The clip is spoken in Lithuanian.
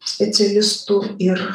specialistų ir